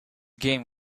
game